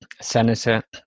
senator